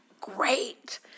great